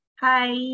Hi